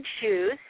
shoes